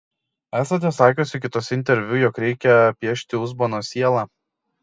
esate sakiusi kituose interviu jog reikia piešti uzbono sielą